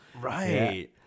Right